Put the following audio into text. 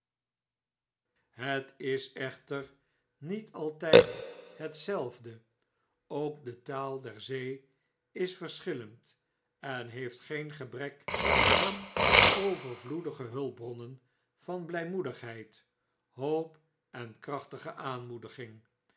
het is echter niet altgd hetzelfde ook de taal der zee is verschillend en heeft geen gebrek aan overvloedige hulpbronnen van bljmoedigheid hoop en krachtige aanmoediging